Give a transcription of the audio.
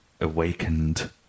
awakened